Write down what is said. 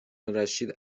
الرشید